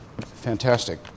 fantastic